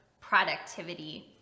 productivity